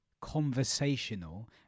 conversational